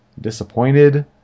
disappointed